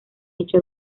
hecho